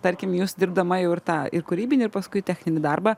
tarkim jūs dirbdama jau ir tą ir kūrybinį ir paskui techninį darbą